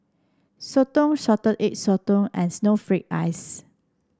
Soto Salted Egg Sotong and Snowflake Ice